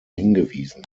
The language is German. hingewiesen